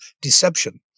deception